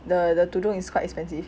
the the tudung is quite expensive